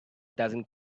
dozen